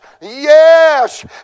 yes